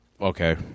Okay